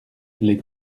les